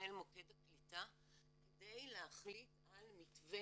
ומנהל מוקד הקליטה כדי להחליט על מתווה